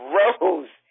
rose